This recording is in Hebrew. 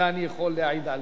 אדוני היושב-ראש,